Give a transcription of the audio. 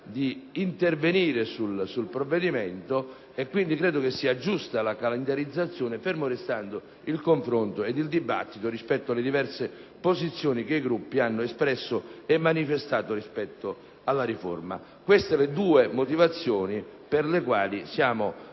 di intervenire sul provvedimento. Dunque, credo sia giusta la calendarizzazione, fermo restando, ripeto, il confronto e il dibattito rispetto alle diverse posizioni che i Gruppi hanno espresso e manifestato sulla riforma. Queste sono le due motivazioni per le quali